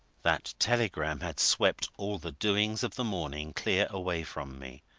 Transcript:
that telegram had swept all the doings of the morning clear away from me.